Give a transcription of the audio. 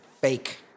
Fake